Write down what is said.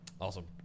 Awesome